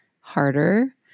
harder